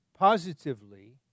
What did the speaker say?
positively